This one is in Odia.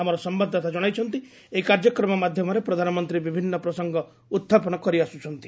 ଆମର ସମ୍ଭାଦତାତା ଜଣାଇଛନ୍ତି ଏହି କାର୍ଯ୍ୟକ୍ରମ ମାଧ୍ୟମରେ ପ୍ରଧାନମନ୍ତ୍ରୀ ବିଭିନ୍ନ ପ୍ରସଙ୍ଗ ଉତଥାପନ କରିଆସୁଛନ୍ତି